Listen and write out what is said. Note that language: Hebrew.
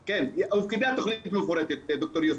הופקדה תכנית מפורטת, ד"ר יוסף,